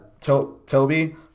Toby